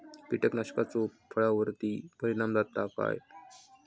कीटकनाशकाचो फळावर्ती परिणाम जाता काय?